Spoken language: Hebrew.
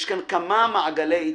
יש כאן כמה מעגלי התייחסות.